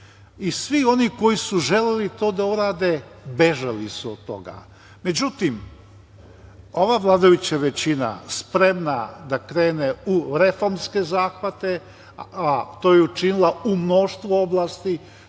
oni koji su želeli to da urade, bežali su od toga. Međutim, ova vladajuća većina spremna je da krene u reformske zahvate, to je učinila u mnoštvu oblasti.